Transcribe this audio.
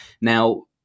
Now